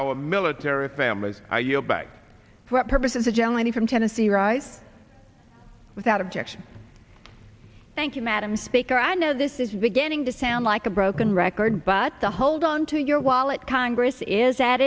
our military families are you back for the purpose of the jelly from tennessee writes without objection thank you madam speaker i know this is beginning to sound like a broken record but to hold on to your wallet congress is a